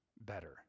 better